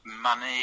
money